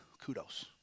kudos